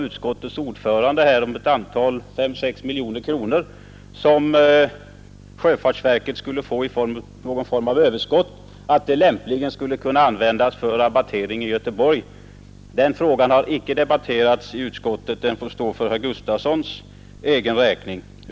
Utskottets ordförande nämnde att de 5 å 6 miljoner kronor som sjöfartsverket skulle få i överskott lämpligen skulle kunna användas för rabattering i Göteborg. Den frågan har icke debatterats i utskottet, och uttalandet får stå för herr Gustafsons egen räkning.